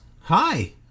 hi